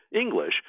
English